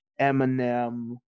Eminem